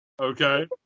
Okay